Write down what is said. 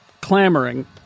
clamoring